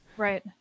Right